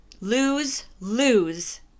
lose-lose